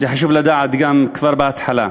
חשוב לדעת כבר בהתחלה.